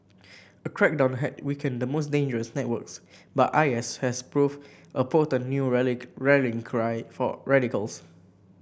a crackdown had weakened the most dangerous networks but I S has proved a potent new rallying cry for radicals